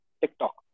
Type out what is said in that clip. TikTok